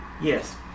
Yes